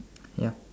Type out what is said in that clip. ya